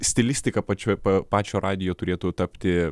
stilistika pačioj pačio radijo turėtų tapti